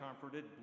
comforted